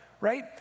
right